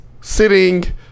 sitting